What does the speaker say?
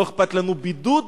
לא אכפת לנו בידוד,